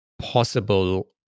possible